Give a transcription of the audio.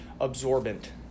absorbent